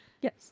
Yes